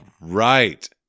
right